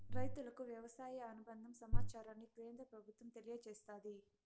రైతులకు వ్యవసాయ అనుబంద సమాచారాన్ని కేంద్ర ప్రభుత్వం తెలియచేస్తాది